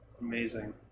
Amazing